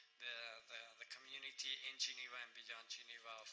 the the community in geneva and beyond geneva,